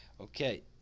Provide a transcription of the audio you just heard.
Okay